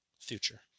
future